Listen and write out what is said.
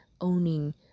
owning